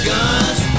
Guns